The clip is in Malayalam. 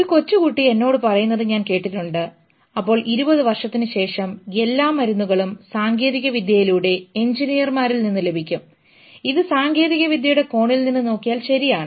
ഒരു കൊച്ചുകുട്ടി എന്നോട് പറയുന്നത് ഞാൻ കേട്ടിട്ടുണ്ട് അപ്പോൾ 20 വർഷത്തിനുശേഷം എല്ലാ മരുന്നുകളും സാങ്കേതികവിദ്യയിലൂടെയും എഞ്ചിനീയർമാരിൽ നിന്നും ലഭിക്കും ഇത് സാങ്കേതികവിദ്യയുടെ കോണിൽ നിന്ന് നോക്കിയാൽ ശരിയാണ്